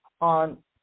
on